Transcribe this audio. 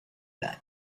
that